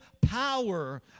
power